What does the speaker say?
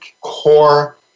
core